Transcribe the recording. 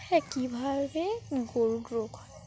হ্যাঁ কীভাবে গরুর রোগ হয়